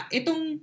itong